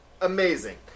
amazing